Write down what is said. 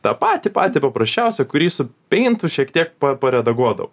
tą patį patį paprasčiausią kurį su paintu šiek tiek pa paredaguodavau